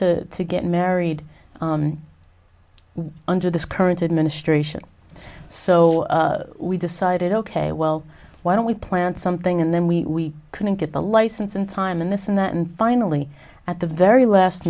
to get married under this current administration so we decided ok well why don't we plant something and then we couldn't get the license and time and this and that and finally at the very last